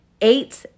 eight